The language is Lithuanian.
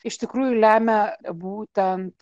iš tikrųjų lemia būtent